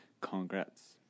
Congrats